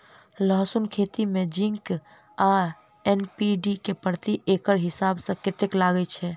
लहसून खेती मे जिंक आ एन.पी.के प्रति एकड़ हिसाब सँ कतेक लागै छै?